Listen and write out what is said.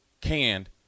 canned